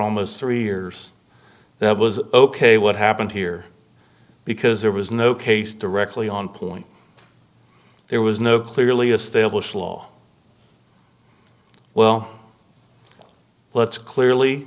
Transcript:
almost three years that was ok what happened here because there was no case directly on point there was no clearly established law well let's clearly